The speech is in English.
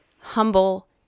humble